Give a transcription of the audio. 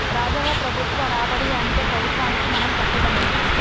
రాజవ్వ ప్రభుత్వ రాబడి అంటే ప్రభుత్వానికి మనం కట్టే పన్నులు